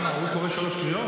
למה, הוא קורא שלוש קריאות?